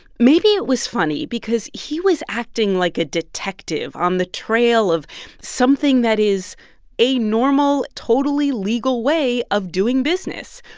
maybe it was funny because he was acting like a detective on the trail of something that is a normal, totally legal way of doing business.